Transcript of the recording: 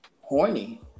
horny